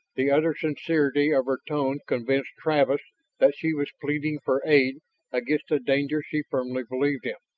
the utter sincerity of her tone convinced travis that she was pleading for aid against a danger she firmly believed in.